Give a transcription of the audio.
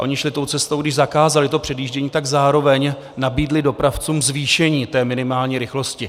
Oni šli tou cestou, když zakázali předjíždění, tak zároveň nabídli dopravcům zvýšení té minimální rychlosti.